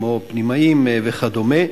כמו פנימאים וכדומה,